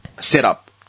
setup